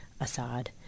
Assad